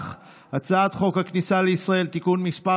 חוק הכניסה לישראל (תיקון מס'